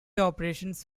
operations